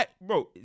Bro